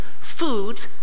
food